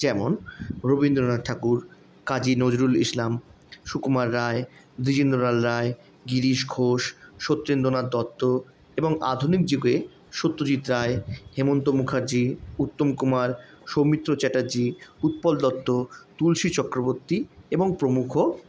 যেমন রবীন্দ্রনাথ ঠাকুর কাজী নজরুল ইসলাম সুকুমার রায় দ্বিজেন্দ্রলাল রায় গিরীশ ঘোষ সত্যেন্দ্রনাথ দত্ত এবং আধুনিক যুগে সত্যজিৎ রায় হেমন্ত মুখার্জি উত্তম কুমার সৌমিত্র চ্যাটার্জি উৎপল দত্ত তুলসী চক্রবর্তী এবং প্রমুখ